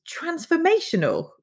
transformational